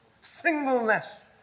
singleness